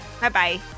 Bye-bye